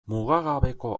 mugagabeko